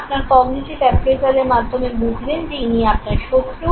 আপনি কগ্নিটিভ অ্যাপ্রেইজালের মাধ্যমে বুঝলেন যে ইনি আপনার শত্রু